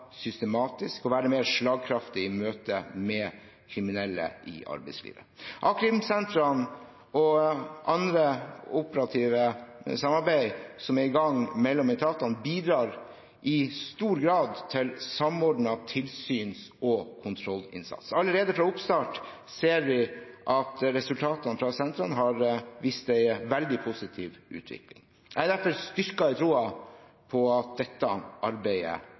systematisk og være mer slagkraftige i møtet med kriminelle i arbeidslivet. A-krimsentrene og andre operative samarbeid som er i gang mellom etatene, bidrar i stor grad til samordnet tilsyns- og kontrollinnsats. Allerede fra oppstart ser vi at resultatene fra sentrene har vist en veldig positiv utvikling. Jeg er derfor styrket i troen på at dette arbeidet